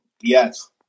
Yes